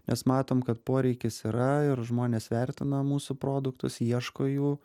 mes matom kad poreikis yra ir žmonės vertina mūsų produktus ieško jų